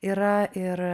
yra ir